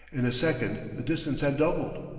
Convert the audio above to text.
in a second the distance had doubled.